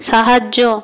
সাহায্য